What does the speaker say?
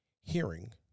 hearing